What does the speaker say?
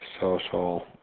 social